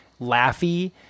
laughy